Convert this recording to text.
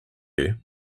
you